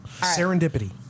Serendipity